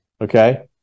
Okay